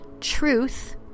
truth